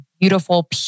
beautiful